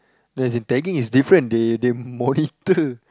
no as in tagging is different they they monitor